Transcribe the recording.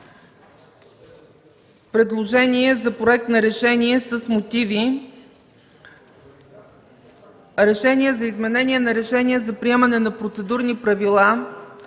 предложение за Проект на решение с мотиви. „РЕШЕНИЕ за изменение на Решение за приемане на Процедурни правила